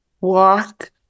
walk